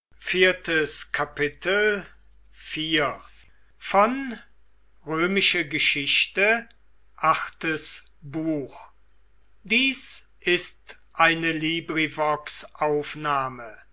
sind ist eine